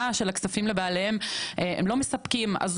הזכותונים והמידע באתר זה כנראה לא מספיק,